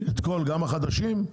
גם החדשים?